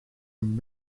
een